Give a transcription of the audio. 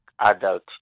adult